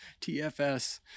TFS